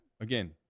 again—